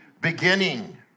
beginning